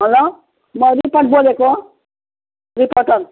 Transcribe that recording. हलो म रिपोर्ट बोलेको रिपोर्टर